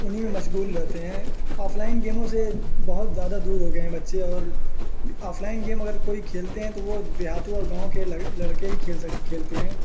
انہیں میں مشغول لیتے ہیں آف لائن گیموں سے بہت زیادہ دور ہو گئے ہیں بچے اور آف لائن گیم اگر کوئی کھیلتے ہیں تو وہ دیہاتوں اور گاؤں کے لڑکے ہی کھیل سک کھیلتے ہیں